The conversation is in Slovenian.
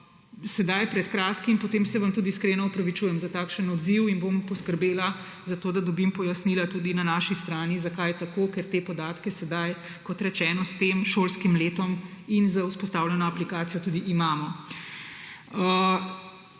sedaj pred kratkim, potem se vam iskreno opravičujem za takšen odziv in bom poskrbela za to, da dobim pojasnila tudi na naši strani, zakaj je tako, ker te podatke sedaj, kot rečeno, s tem šolskim letom in z vzpostavljeno aplikacijo tudi imamo.